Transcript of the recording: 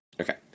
Okay